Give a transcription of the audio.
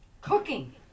cooking